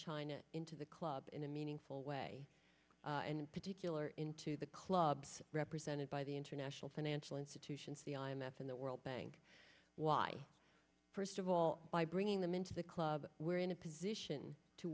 china into the club in a meaningful way and in particular into the clubs represented by the international financial institutions the i m f and the world bank why first of all by bringing them into the club where in a position to